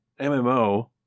MMO